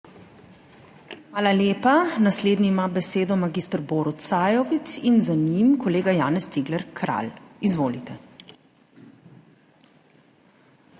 Hvala lepa. Naslednji ima besedo mag. Borut Sajovic in za njim kolega Janez Cigler Kralj. Izvolite.